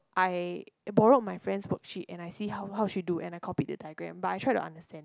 I borrowed my friend's worksheet and I see how how she do and I copied the diagram but I tried to understand